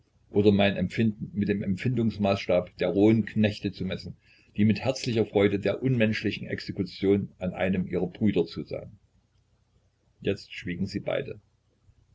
oder mein empfinden mit dem empfindungsmaßstab der rohen knechte zu messen die mit herzlicher freude der unmenschlichen exekution an einem ihrer brüder zusahen jetzt schwiegen sie beide